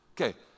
Okay